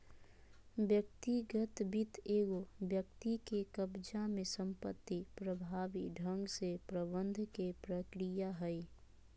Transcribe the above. व्यक्तिगत वित्त एगो व्यक्ति के कब्ज़ा में संपत्ति प्रभावी ढंग से प्रबंधन के प्रक्रिया हइ